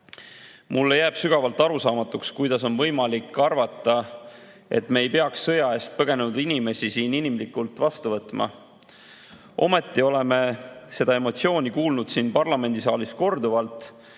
Mulle jääb sügavalt arusaamatuks, kuidas on võimalik arvata, et me ei peaks sõja eest põgenenud inimesi siin inimlikult vastu võtma. Ometi oleme seda emotsiooni kuulnud siin parlamendisaalis korduvalt,